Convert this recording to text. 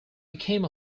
became